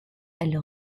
elle